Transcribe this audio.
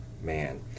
man